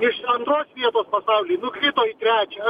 iš antros vietos pasauly nukrito į trečią